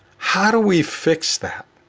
how do we fix that?